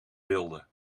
wilde